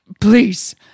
Please